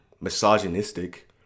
misogynistic